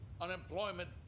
unemployment